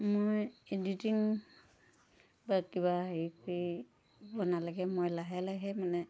মই এডিটিং বা কিবা হেৰি কৰিব নালাগে মই লাহে লাহে মানে